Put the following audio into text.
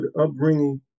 upbringing